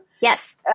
Yes